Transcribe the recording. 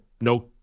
no